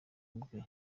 bwe